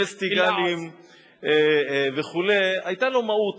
פסטיגלים וכו', היתה לו מהות.